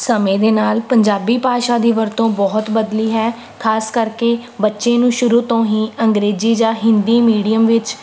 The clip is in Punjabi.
ਸਮੇਂ ਦੇ ਨਾਲ ਪੰਜਾਬੀ ਭਾਸ਼ਾ ਦੀ ਵਰਤੋਂ ਬਹੁਤ ਬਦਲੀ ਹੈ ਖਾਸ ਕਰਕੇ ਬੱਚੇ ਨੂੰ ਸ਼ੁਰੂ ਤੋਂ ਹੀ ਅੰਗਰੇਜ਼ੀ ਜਾਂ ਹਿੰਦੀ ਮੀਡੀਅਮ ਵਿੱਚ